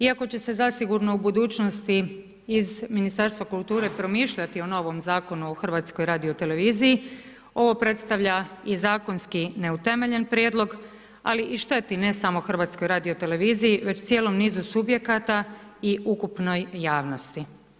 Iako će se zasigurno u budućnosti iz Ministarstva kulture, promišljati o novom zakonu o HRT-u, ovo predstavlja i zakonski neutemeljen prijedlog, ali i šteti ne samo HRT-u, već cijelom nizu subjekata i ukupnoj javnosti.